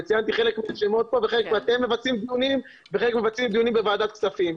וציינתי מהשמות כאן ולגבי חלק מתבצעים דיונים בוועדת הכספים.